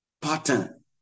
pattern